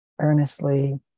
earnestly